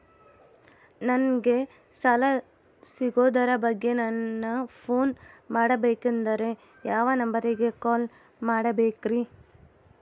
ನಂಗೆ ಸಾಲ ಸಿಗೋದರ ಬಗ್ಗೆ ನನ್ನ ಪೋನ್ ಮಾಡಬೇಕಂದರೆ ಯಾವ ನಂಬರಿಗೆ ಕಾಲ್ ಮಾಡಬೇಕ್ರಿ?